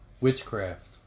witchcraft